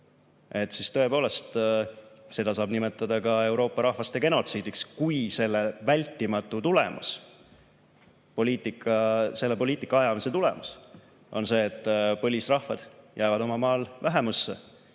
saab tõepoolest nimetada ka Euroopa rahvaste genotsiidiks, kui selle vältimatu tulemus, selle poliitika ajamise tulemus on see, et põlisrahvad jäävad oma maal vähemusse